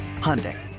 Hyundai